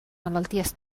malalties